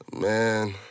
Man